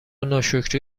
ناشکری